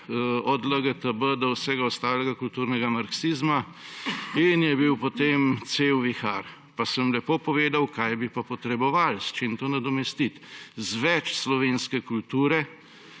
od LGTB do vsega ostalega kulturnega marksizma, in je bil potem cel vihar. Pa sem lepo povedal, kaj bi pa potrebovali, s čim to nadomestiti – z več slovenske kulture,